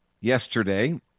yesterday